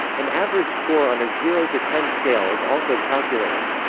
an average score on a zero to ten scale is also calculated.